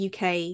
UK